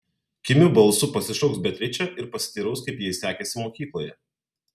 kimiu balsu pasišauks beatričę ir pasiteiraus kaip jai sekėsi mokykloje